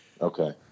Okay